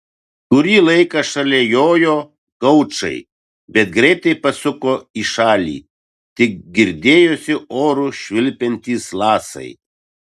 kurį laiką šalia jojo gaučai bet greitai pasuko į šalį tik girdėjosi oru švilpiantys lasai